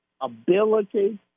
ability